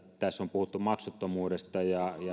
tässä on puhuttu maksuttomuudesta ja